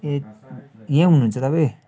ए यहीँ हुनुहुन्छ तपाईँ